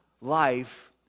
Life